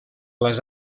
les